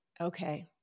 Okay